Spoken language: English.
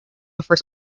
before